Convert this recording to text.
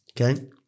Okay